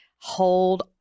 hold